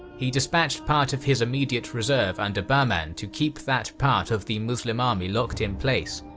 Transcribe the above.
he dispatched part of his immediate reserve under bahman to keep that part of the muslim army locked in place,